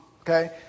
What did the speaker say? okay